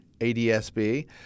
ADSB